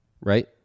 right